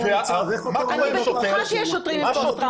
אני בטוחה שיש שוטרים עם פוסט טראומה.